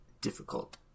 difficult